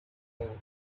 thing